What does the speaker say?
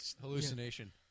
hallucination